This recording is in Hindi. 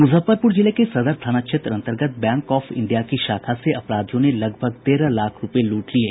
मुजफ्फरपुर जिले के सदर थाना क्षेत्र अंतर्गत बैंक ऑफ इंडिया की शाखा से अपराधियों ने लगभग तेरह लाख रूपये लूट लिये